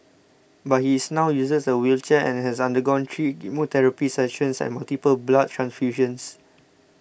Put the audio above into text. but he is now uses a wheelchair and has undergone three chemotherapy sessions and multiple blood transfusions